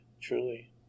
truly